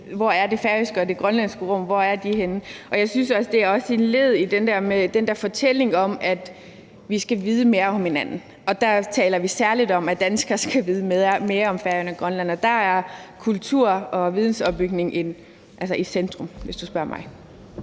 Hvor er det færøske og det grønlandske rum? Hvor er de henne? Jeg synes også, det er et led i den der fortælling om, at vi skal vide mere om hinanden. Der taler vi særlig om, at danskere skal vide mere om Færøerne og Grønland, og der er kultur og vidensopbygning i centrum, hvis du spørger mig.